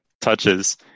touches